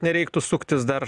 nereiktų suktis dar